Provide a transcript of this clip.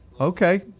Okay